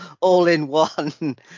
all-in-one